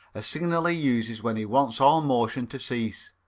a signal he uses when he wants all motion to cease.